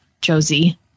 Josie